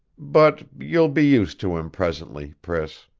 but you'll be used to him presently, priss.